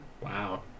Wow